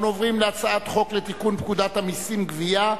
אנחנו עוברים להצעת חוק לתיקון פקודת המסים (גבייה)